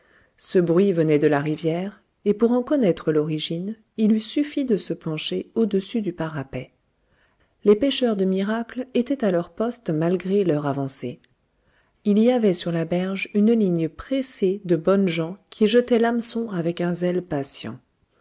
ce bruit venait de la rivière et pour en connaître l'origine il eût suffi de se pencher au-dessus du parapet les pêcheurs de miracles étaient à leur poste malgré l'heure avancée il y avait sur la berge une ligne pressée de bonnes gens qui jetaient l'hameçon avec un zèle patient